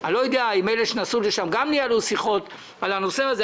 אני לא יודע אם אלה שנסעו לשם גם ניהלו שיחות על הנושא הזה.